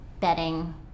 bedding